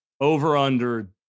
Over/under